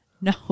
No